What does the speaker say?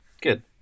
Good